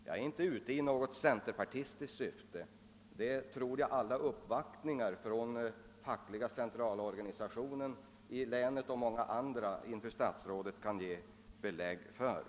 Jag är verkligen inte ute i något speciellt centerpartistiskt syfte — det tror jag alla uppvaktningar hos statsrådet bl.a. från fackliga centralorganisationen i länet och andra plus en ström av skrivelser kan ge belägg för.